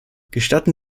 gestatten